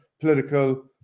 political